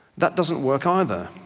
that doesn't work either.